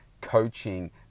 coaching